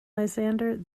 lysander